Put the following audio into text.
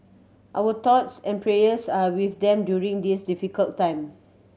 our thoughts and prayers are with them during this difficult time